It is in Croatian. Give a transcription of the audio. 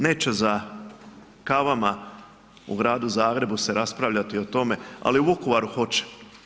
Neće za kavama u gradu Zagrebu se raspravljati o tome, ali u Vukovaru hoće.